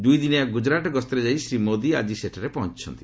ଦୁଇଦିନିଆ ଗୁଜରାଟ ଗସ୍ତରେ ଯାଇ ଶ୍ରୀ ମୋଦି ଆଜି ସେଠାରେ ପହଞ୍ଚୁଛନ୍ତି